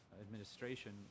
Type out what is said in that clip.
administration